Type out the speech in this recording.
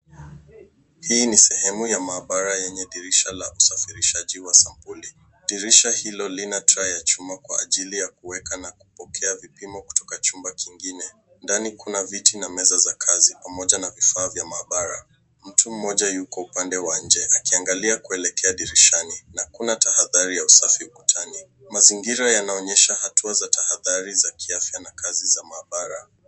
Hii ni sehemu ya maabara yenye dirisha la usafirishaji wa sampuli. Dirisha hilo lina trei ya chuma kwa ajili ya kuweka na kupokea vipimo kutoka chumba kingine. Ndani kuna viti na meza za kazi pamoja na vifaa vya maabara. Mtu mmoja yuko upande wa nje akiangalia kuelekea dirishani na hakuna tahadhari ya usafi ukutani. Mazingira yanaonyesha hatua za tahadhari za kiafya na kazi za maabara.